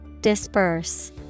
Disperse